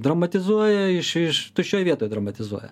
dramatizuoja iš iš tuščioj vietoj dramatizuoja